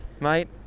Mate